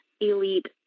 elite